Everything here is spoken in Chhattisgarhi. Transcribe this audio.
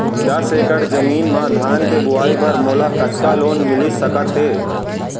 दस एकड़ जमीन मा धान के बुआई बर मोला कतका लोन मिलिस सकत हे?